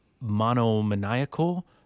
monomaniacal